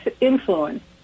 influence